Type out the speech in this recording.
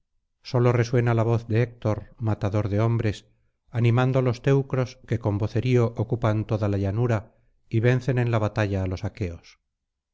sólo resuena la voz de héctor matador de hombres animando á los teucros que con vocerío ocupan toda la llanura y vencen en la batalla á los aqueos